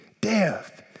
death